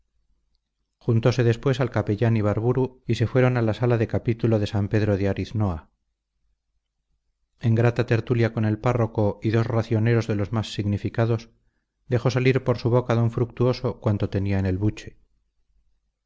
incompletas juntose después al capellán ibarburu y se fueron a la sala de capítulo de san pedro de ariznoa en grata tertulia con el párroco y dos racioneros de los más significados dejó salir por su boca d fructuoso cuanto tenía en el buche